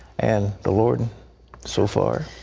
and the lord so far